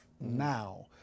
now